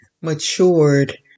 matured